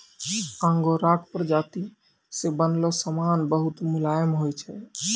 आंगोराक प्राजाती से बनलो समान बहुत मुलायम होय छै